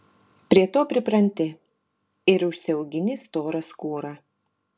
prie to pripranti ir užsiaugini storą skūrą